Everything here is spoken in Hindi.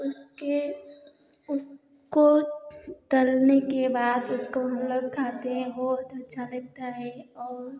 उसके उसको तलने के बाद उसको हम लोग खाते हैं बहुत अच्छा लगता है और